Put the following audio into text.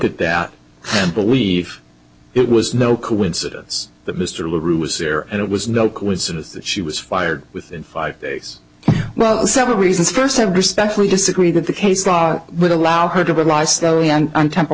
at that and believe it was no coincidence that mr libby was there and it was no coincidence that she was fired within five days well several reasons first to respectfully disagree that the case law would allow her to